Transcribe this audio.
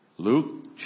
Luke